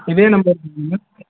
இதே நம்பர் தானே மேம்